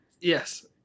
Yes